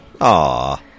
Aw